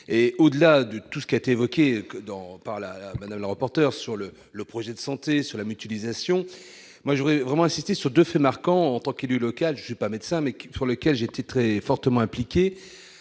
et au-delà de tout ce qui a été évoqué dans par la banale, rapporteur sur le le projet de santé sur la mutualisation, moi je voudrais vraiment insister sur 2 faits marquants en tant qu'élu local, je suis pas médecin mec sur lequel j'ai été très fortement impliqué,